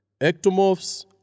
ectomorphs